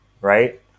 right